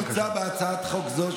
מוצע בהצעת חוק זו,